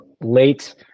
late